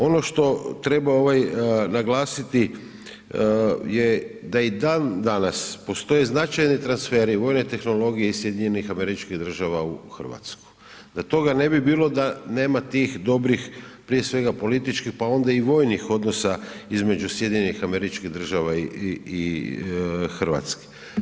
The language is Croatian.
Ono što treba naglasiti je da i dandanas postoje značajne transfere i vojne tehnologije i SAD-a u Hrvatsku. da toga ne bi bilo da nema tih dobrih prije svega političkih pa onda i vojnih odnosa između SAD-a i Hrvatske.